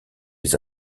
les